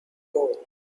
gold